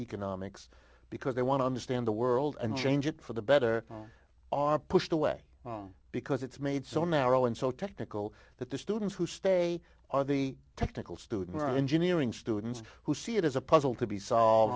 economics because they want to understand the world and change it for the better are pushed away because it's made so narrow and so technical that the students who stay are the technical student or engineering students who see it as a puzzle to be